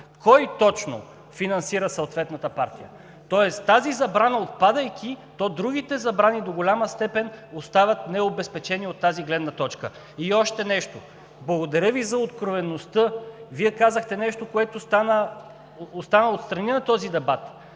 кой точно финансира съответната партия. Тази забрана – отпадайки, то до голяма степен другите забрани остават необезпечени от тази гледна точка. И още нещо, благодаря Ви за откровеността. Вие казахте нещо, което остана встрани на този дебат